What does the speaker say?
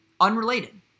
unrelated